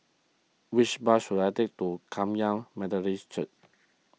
which bus should I take to Kum Yan Methodist Church